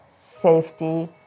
safety